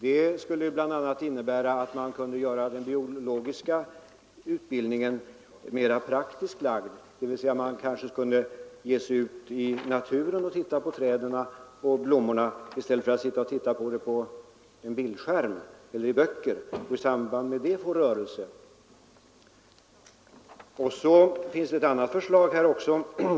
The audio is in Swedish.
Detta skulle bl.a. innebära att man kunde göra den biologiska utbildningen mera praktiskt lagd, dvs. man kunde kanske ge sig ut i naturen och titta på träden och blommorna — i stället för att sitta och titta på en bildskärm eller i böcker — och i samband med det få kroppsrörelse.